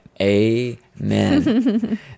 amen